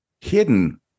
hidden